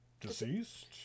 deceased